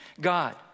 God